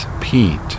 peat